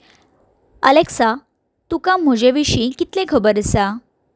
Alexa तुका म्हजे विशीं कितलें खबर आसा